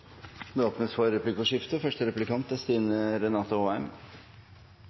Det åpnes for replikkordskifte.